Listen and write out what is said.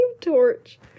torch